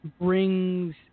Brings